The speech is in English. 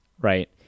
Right